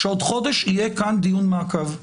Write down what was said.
שבעוד חודש יהיה כאן דיון מעקב.